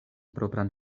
propran